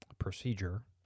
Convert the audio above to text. procedure